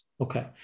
Okay